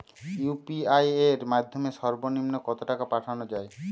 UPI এর মাধ্যমে সর্ব নিম্ন কত টাকা পাঠানো য়ায়?